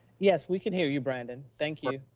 yes, we can hear you brandon. thank you.